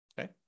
Okay